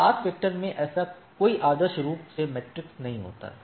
पथ वेक्टर में ऐसा कोई आदर्श रूप से मैट्रिक्स नहीं है